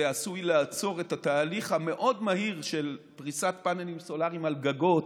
זה עשוי לעצור את התהליך המאוד-מהיר של פריסת פאנלים סולריים על גגות,